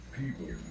people